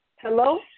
Hello